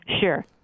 Sure